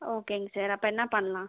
ஓகேங்க சார் அப்போ என்ன பண்ணலாம்